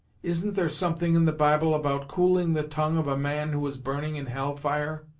isn't there something in the bible about cooling the tongue of a man who was burning in hell fire?